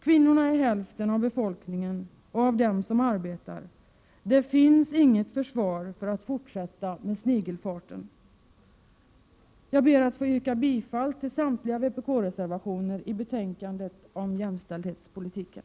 Kvinnorna är hälften av befolkningen och av dem som arbetar — det finns inget försvar för att fortsätta med snigelfarten. Jag ber att få yrka bifall till samtliga vpk-reservationer i betänkandet om jämställdhetspolitiken.